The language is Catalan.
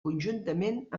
conjuntament